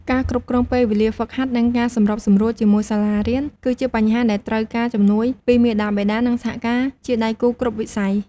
ការគ្រប់គ្រងពេលវេលាហ្វឹកហាត់ និងការសម្របសម្រួលជាមួយសាលារៀនគឺជាបញ្ហាដែលត្រូវការជំនួយពីមាតាបិតា និងសហការជាដៃគូគ្រប់វិស័យ។